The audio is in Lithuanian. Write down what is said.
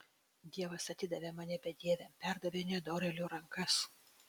dievas atidavė mane bedieviams perdavė į nedorėlių rankas